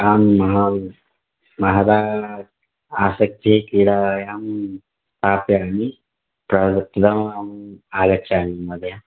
अहं महान् महदा आसक्तिं क्रीडायां स्थापयामि तदनन्तरम् आगच्छामि महोदय